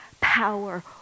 power